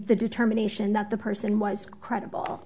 the determination that the person was credible